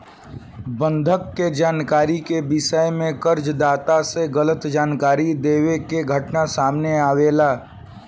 बंधक के जानकारी के विषय में कर्ज दाता से गलत जानकारी देवे के घटना सामने आवेला